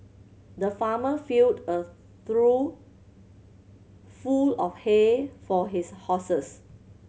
the farmer filled a through full of hay for his horses